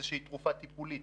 איזושהי תרופה טיפולית.